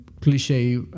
cliche